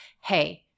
Hey